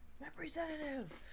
representative